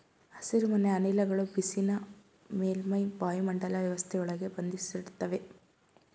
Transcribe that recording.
ಹಸಿರುಮನೆ ಅನಿಲಗಳು ಬಿಸಿನ ಮೇಲ್ಮೈ ವಾಯುಮಂಡಲ ವ್ಯವಸ್ಥೆಯೊಳಗೆ ಬಂಧಿಸಿಡ್ತವೆ